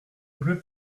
bleu